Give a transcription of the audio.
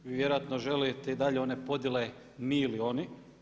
Vi vjerojatno želite i dalje one podjele mi ili oni.